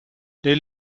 les